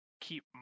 keep